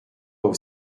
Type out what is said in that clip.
aux